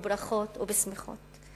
או ברכות בשמחות.